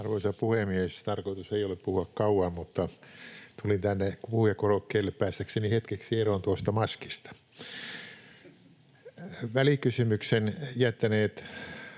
asiaa!] — Tarkoitus ei ole puhua kauan, mutta tulin tänne puhujakorokkeelle päästäkseni hetkeksi eroon tuosta maskista. Välikysymyksen jättäneet